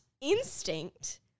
instinct